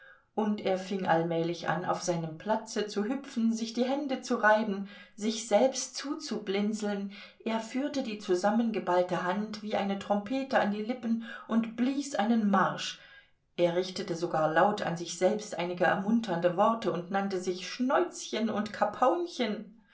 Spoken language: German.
und er fing allmählich an auf seinem platze zu hüpfen sich die hände zu reiben sich selbst zuzublinzeln er führte die zusammengeballte hand wie eine trompete an die lippen und blies einen marsch er richtete sogar laut an sich selbst einige ermunternde worte und nannte sich schnäuzchen und